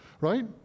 right